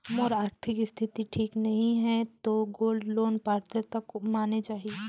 मोर आरथिक स्थिति ठीक नहीं है तो गोल्ड लोन पात्रता माने जाहि?